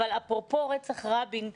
אבל אפרופו רצח רבין,